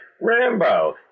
Rambo